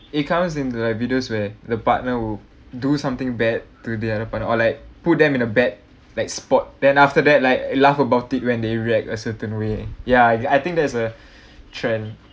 it comes in the like videos where the partner will do something bad to the other partner or like put them in a bad like spot then after that like laugh about it when they react a certain way yeah I I think there's a trend